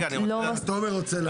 תומר רוצה להגיד.